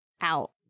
out